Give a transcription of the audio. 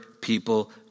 people